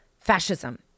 fascism